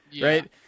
right